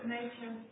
Nature